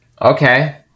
Okay